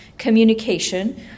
communication